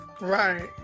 Right